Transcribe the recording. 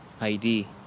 ID